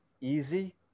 easy